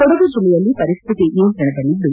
ಕೊಡಗು ಜಿಲ್ಲೆಯಲ್ಲಿ ಪರಿಸ್ತಿತಿ ನಿಯಂತ್ರಣದಲ್ಲಿದ್ದು